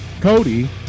Cody